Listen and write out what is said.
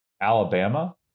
Alabama